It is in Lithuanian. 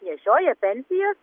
nešioja pensijas